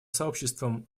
сообществом